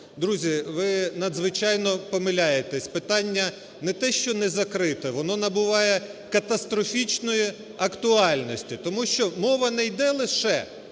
друзі, ви надзвичайно помиляєтесь. Питання не те що не закрите, воно набуває катастрофічної актуальності. Тому що мова не йде лише